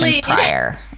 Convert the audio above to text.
prior